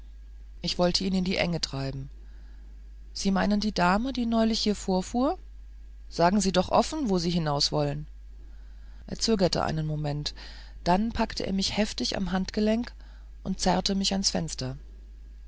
ich wollte ihn in die enge treiben sie meinen die dame die neulich hier vorfuhr sagen sie doch offen wo sie hinauswollen er zögerte einen moment dann packte er mich heftig am handgelenk und zerrte mich ans fenster